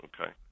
okay